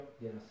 Yes